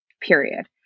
period